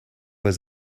was